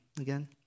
again